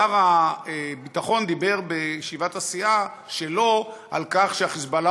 שר הביטחון דיבר בישיבת הסיעה שלו על כך שהחיזבאללה